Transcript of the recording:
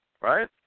Right